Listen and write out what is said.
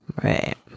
Right